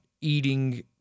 eating